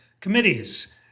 committees